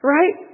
Right